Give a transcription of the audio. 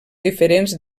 diferents